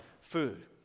food